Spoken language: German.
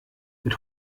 mit